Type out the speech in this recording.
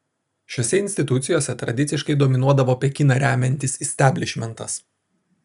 šiose institucijose tradiciškai dominuodavo pekiną remiantis isteblišmentas